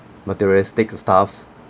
materialistic stuff